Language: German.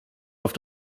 auf